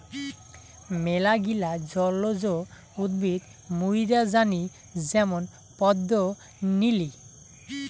মেলাগিলা জলজ উদ্ভিদ মুইরা জানি যেমন পদ্ম, নিলি